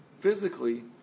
physically